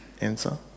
Answer